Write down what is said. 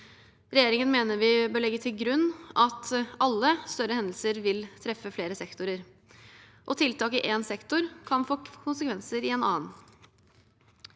mener vi bør legge til grunn at alle større hendelser vil treffe flere sektorer, og tiltak i én sektor kan få konsekvenser i en annen.